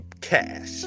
cash